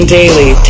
daily